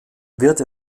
wird